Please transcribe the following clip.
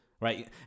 Right